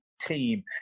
team